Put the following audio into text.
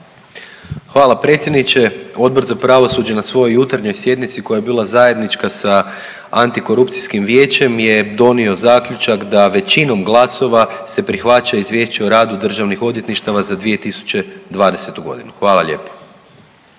Hvala predsjedniče. Odbor za pravosuđe na svojoj jutarnjoj sjednici koja je bila zajednička sa Antikorupcijskim vijećem je donio zaključak da većinom glasova se prihvaća Izvješće o radu Državnih odvjetništava za 2020. godinu. Hvala lijepo.